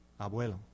abuelo